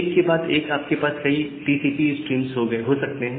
एक के बाद एक आपके पास कई टीसीपी स्ट्रीम्स हो सकते हैं